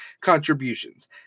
contributions